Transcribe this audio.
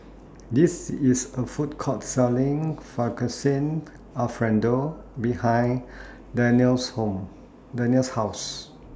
This IS A Food Court Selling Fettuccine Alfredo behind Danelle's Home Danelle's House